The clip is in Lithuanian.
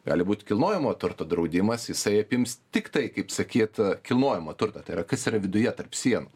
gali būti kilnojamojo turto draudimas jisai apims tiktai kaip sakyt kilnojamą turtą tai yra kas yra viduje tarp sienų